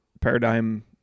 paradigm